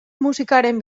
musikaren